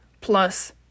plus